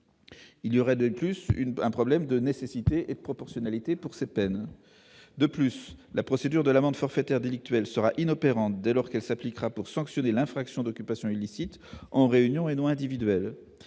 Se poserait de plus un problème de nécessité et de proportionnalité. La procédure de l'amende forfaitaire délictuelle sera inopérante dès lors qu'elle s'appliquera pour sanctionner l'infraction d'occupation illicite en réunion et non individuelle.